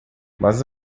mas